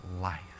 life